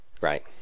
Right